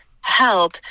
help